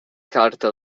carta